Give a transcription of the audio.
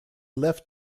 left